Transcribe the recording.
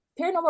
paranormal